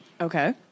Okay